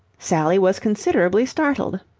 sally was considerably startled.